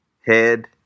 Head